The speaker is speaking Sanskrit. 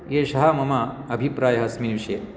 एषः मम अभिप्रायः अस्मिन् विषये